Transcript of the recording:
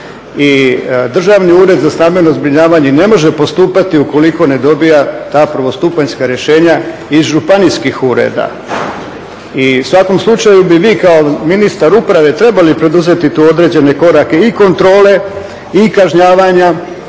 I Državni ured za stambeno zbrinjavanje ne može postupati ukoliko ne dobiva ta prvostupanjska rješenja iz županijskih ureda i u svakom slučaju bi vi kao ministar uprave trebali poduzeti tu određene korake i kontrole i kažnjavanja,